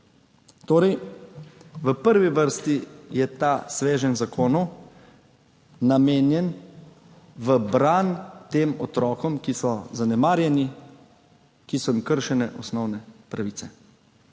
šolah. V prvi vrsti je ta sveženj zakonov torej namenjen v bran tem otrokom, ki so zanemarjeni, ki so jim kršene osnovne pravice.